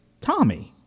Tommy